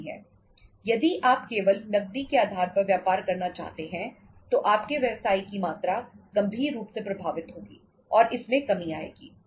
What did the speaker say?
यदि आप केवल नकदी के आधार पर व्यापार करना चाहते हैं तो आपके व्यवसाय की मात्रा गंभीर रूप से प्रभावित होगी और इसमें कमी आएगी